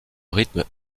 rythme